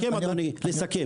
רק לסכם.